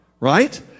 Right